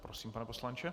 Prosím, pane poslanče.